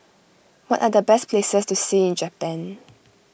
what are the best places to see in Japan